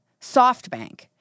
SoftBank